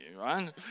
right